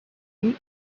deep